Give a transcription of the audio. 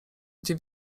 gdzie